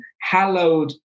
hallowed